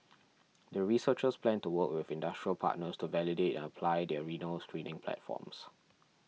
the researchers plan to work with industrial partners to validate and apply their renal screening platforms